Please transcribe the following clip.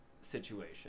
situation